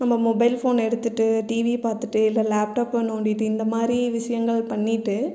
நம்ம mobile phone எடுத்துகிட்டு TV பார்த்துட்டே இல்லை லேப்டாப்பை நோண்டிகிட்டு இந்த மாதிரி விஷயங்கள் பண்ணிகிட்டு